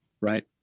right